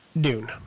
Dune